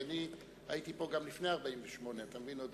כי אני הייתי פה גם לפני 48'. כילד.